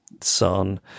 son